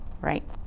right